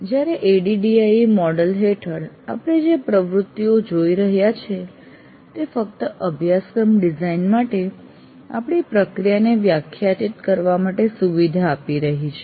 જ્યારે ADDIE model હેઠળ આપણે જે પ્રવૃત્તિઓ જોઈ રહ્યા છીએ તે ફક્ત અભ્યાસક્રમ ડિઝાઇન માટે આપણી પ્રક્રિયાને વ્યાખ્યાયિત કરવા માટે સુવિધા આપી રહી છે